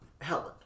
Helen